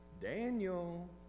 Daniel